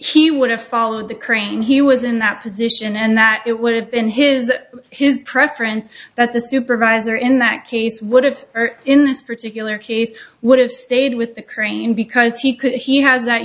he would have followed the crane he was in that position and that it would have been his his preference that the supervisor in that case would have or in this particular case would have stayed with the crane because he could he has that